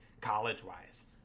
college-wise